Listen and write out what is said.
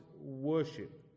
worship